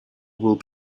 will